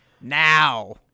now